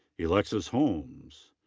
elexus holmes.